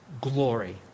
glory